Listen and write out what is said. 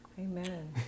amen